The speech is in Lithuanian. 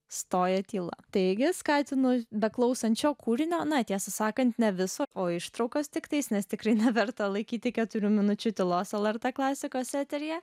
stoja tyla taigi skatino beklausančio kūrinio na tiesą sakant ne viso o ištraukos tiktais nes tikrai neverta laikyti keturių minučių tylos lrt klasikos eteryje